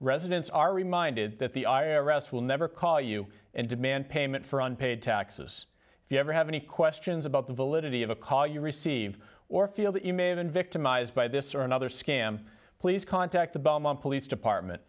residents are reminded that the i r s will never call you and demand payment for unpaid taxes the ever have any questions about the validity of a call you received or feel that you may have been victimized by this or another scam please contact the beaumont police department